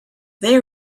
they